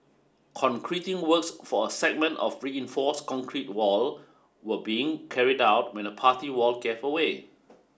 concreting works for a segment of reinforced concrete wall were being carried out when the party wall gave way